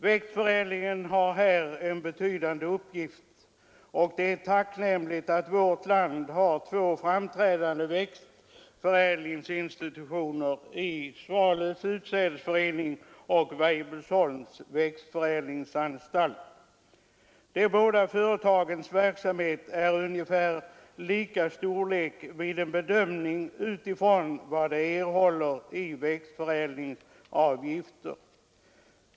Växtförädlingen har här en betydande uppgift, och det är tacknämligt att vårt land har två framträdande växtförädlingsinstitutioner i Sveriges utsädesförening vid Svalöv och Weibullsholms växtförädlingsanstalt. De båda företagens verksamhet är av ungefär lika storlek vid en bedömning med utgångspunkt i vad de erhåller i växtförädlaravgifter.